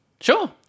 Sure